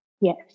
Yes